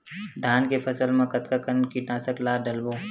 धान के फसल मा कतका कन कीटनाशक ला डलबो?